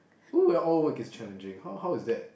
well all work is challenging how how is that